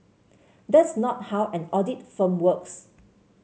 that's not how an audit firm works